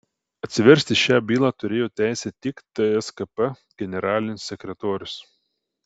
atsiversti šią bylą turėjo teisę tik tskp generalinis sekretorius